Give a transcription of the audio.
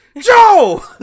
Joe